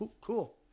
Cool